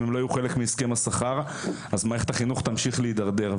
הם לא יהיו חלק מהסכם השכר אז מערכת החינוך תמשיך להידרדר.